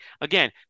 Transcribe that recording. again